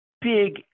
big